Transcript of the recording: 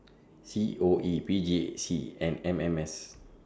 C O E P J C and M M S